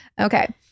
okay